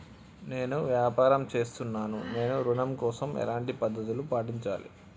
నేను వ్యాపారం చేస్తున్నాను నేను ఋణం కోసం ఎలాంటి పద్దతులు పాటించాలి?